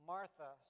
Martha